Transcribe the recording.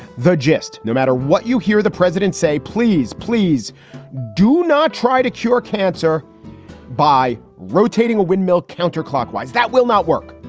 the gist, no matter what you hear the president say, please, please do not try to cure cancer by rotating a windmill counter-clockwise. that will not work.